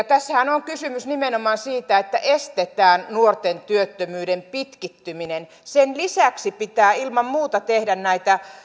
tässähän on kysymys nimenomaan siitä että estetään nuorten työttömyyden pitkittyminen sen lisäksi pitää ilman muuta tehdä